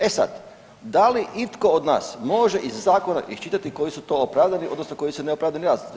E sad, da li itko od nas može iz zakona iščitati koji su to opravdani odnosno koji su neopravdani razlozi?